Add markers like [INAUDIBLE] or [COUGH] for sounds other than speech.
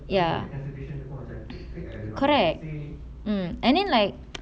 ya correct mm and then like [NOISE]